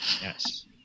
Yes